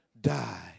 die